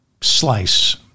slice